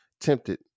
tempted